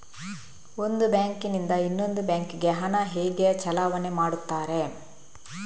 ಒಂದು ಬ್ಯಾಂಕ್ ನಿಂದ ಇನ್ನೊಂದು ಬ್ಯಾಂಕ್ ಗೆ ಹಣ ಹೇಗೆ ಚಲಾವಣೆ ಮಾಡುತ್ತಾರೆ?